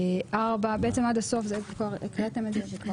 בעצם עד הסוף הקראתם את זה.